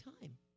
time